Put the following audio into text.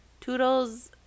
toodles